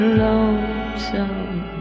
lonesome